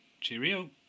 Cheerio